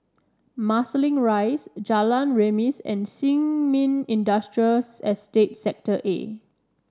Marsiling Rise Jalan Remis and Sin Ming Industrial Estate Sector A